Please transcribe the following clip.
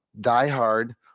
diehard